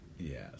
Yes